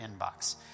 inbox